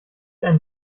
einen